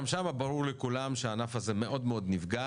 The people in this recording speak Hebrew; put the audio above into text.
שגם שם ברור לכולם שהענף הזה מאוד מאוד נפגע